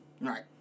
Right